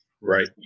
Right